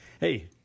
Hey